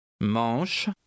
Manche